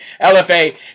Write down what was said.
LFA